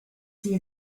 see